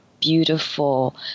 beautiful